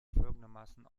folgendermaßen